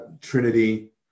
Trinity